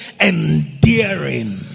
endearing